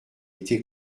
été